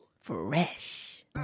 Fresh